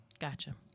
Gotcha